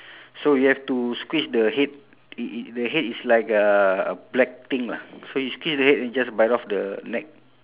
so you have to squeeze the head i~ i~ the head is like a black thing lah so you squeeze the head then you just bite off the neck